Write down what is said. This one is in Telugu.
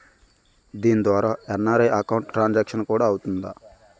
దీని ద్వారా ఎన్.ఆర్.ఐ అకౌంట్ ట్రాన్సాంక్షన్ కూడా అవుతుందా?